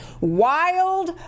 wild